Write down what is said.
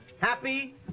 Happy